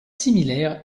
similaires